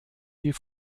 die